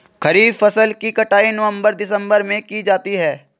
खरीफ फसल की कटाई नवंबर दिसंबर में की जाती है